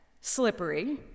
slippery